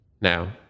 Now